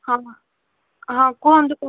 ହଁ ହଁ କୁହନ୍ତୁ